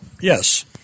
yes